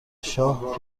شاه